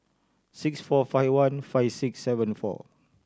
six four five one five six seven four